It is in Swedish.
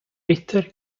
bitter